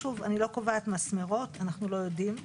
שוב, אני לא קובעת מסמרות, אנחנו לא יודעים,